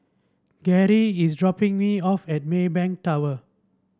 Gerri is dropping me off at Maybank Tower